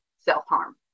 self-harm